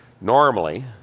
normally